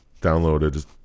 Downloaded